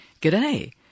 g'day